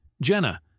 Jenna